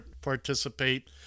participate